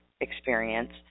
experience